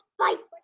fight